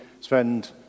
spend